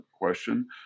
question